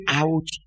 out